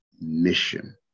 mission